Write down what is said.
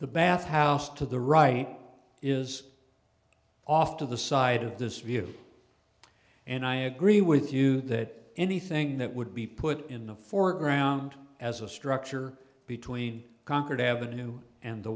the bathhouse to the right is off to the side of this view and i agree with you that anything that would be put in the foreground as a structure between concord avenue and the